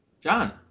John